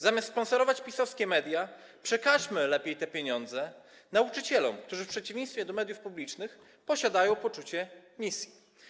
Zamiast sponsorować PiS-owskie media, przekażmy lepiej te pieniądze nauczycielom, którzy w przeciwieństwie do mediów publicznych posiadają poczucie misji.